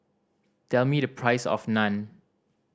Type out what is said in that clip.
tell me the price of Naan